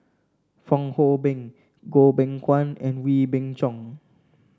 Fong Hoe Beng Goh Beng Kwan and Wee Beng Chong